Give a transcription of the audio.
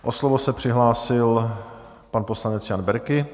O slovo se přihlásil pan poslanec Jan Berki.